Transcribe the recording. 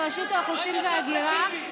לרשות האוכלוסין וההגירה,